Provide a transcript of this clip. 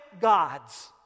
gods